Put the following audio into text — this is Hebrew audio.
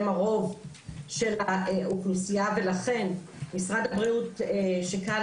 הם הרוב של האוכלוסייה ולכן משרד הבריאות שכאן,